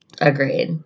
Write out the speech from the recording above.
Agreed